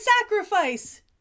sacrifice